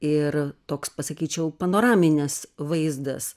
ir toks pasakyčiau panoraminis vaizdas